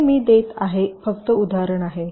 हे मी देत आहे फक्त उदाहरण आहे